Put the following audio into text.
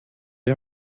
die